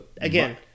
again